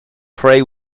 pray